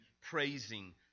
praising